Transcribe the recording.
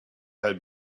had